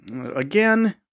Again